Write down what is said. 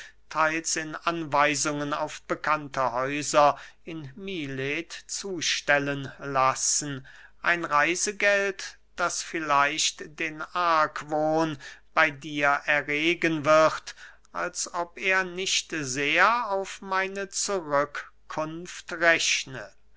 theils in anweisungen auf bekannte häuser in milet zustellen lassen ein reisegeld das vielleicht den argwohn bey dir erregen wird als ob er nicht sehr auf meine zurückkunft rechne